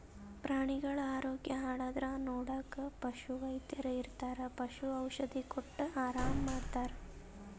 ಪ್ರಾಣಿಗಳ್ ಆರೋಗ್ಯ ಹಾಳಾದ್ರ್ ನೋಡಕ್ಕ್ ಪಶುವೈದ್ಯರ್ ಇರ್ತರ್ ಪಶು ಔಷಧಿ ಕೊಟ್ಟ್ ಆರಾಮ್ ಮಾಡ್ತರ್